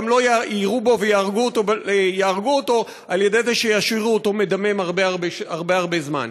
גם לא יירו בו ויהרגו אותו על-ידי זה שישאירו אותו מדמם הרבה הרבה זמן.